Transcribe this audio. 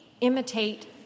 imitate